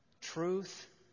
truth